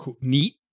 neat